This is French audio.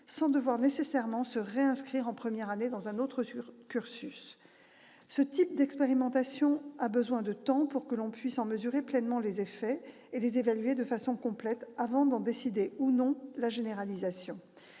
sans avoir nécessairement à se réinscrire en première année dans un autre cursus. Les expérimentations de ce type ont besoin de temps pour que l'on puisse en mesurer pleinement les effets et les évaluer de façon complète, avant de décider ou non leur généralisation.